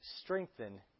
strengthen